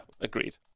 agreed